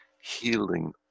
healing